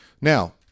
Now